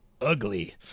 ugly